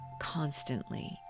constantly